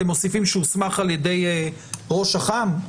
אתם מוסיפים שהוסמך על ידי ראש אח"מ?